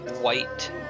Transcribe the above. white